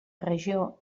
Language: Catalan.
regió